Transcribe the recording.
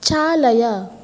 चालय